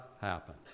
happen